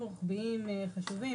רוחביים חשובים,